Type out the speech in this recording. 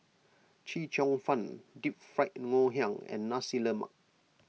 Chee Cheong Fun Deep Fried Ngoh Hiang and Nasi Lemak